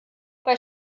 bei